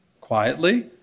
quietly